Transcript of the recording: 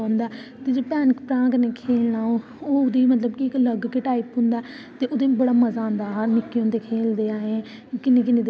घर आए फिर घर आइयै उनें स्हानू शिफ्ट कीता दूई जगह शिफ्ट कीता फिर उंहे स्हानू इद्धर भेजेआ कि बच्चा बड़ा अच्छा खेलदा इसी